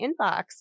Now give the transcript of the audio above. inbox